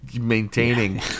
Maintaining